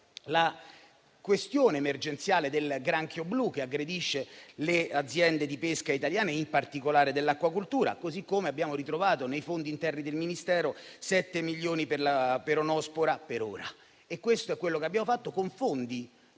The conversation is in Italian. la questione emergenziale del granchio blu che aggredisce le aziende di pesca italiane, in particolare dell'acquacoltura, così come abbiamo ritrovato nei fondi interni del Ministero 7 milioni per la peronospora (per ora). Questo è quello che abbiamo fatto con fondi